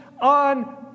on